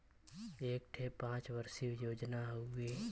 एक ठे पंच वर्षीय योजना हउवे